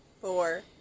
four